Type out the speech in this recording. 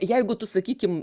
jeigu tu sakykim